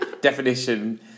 definition